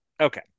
Okay